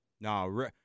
No